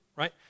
Right